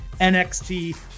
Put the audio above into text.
NXT